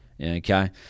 okay